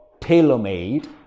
tailor-made